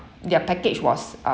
their package was uh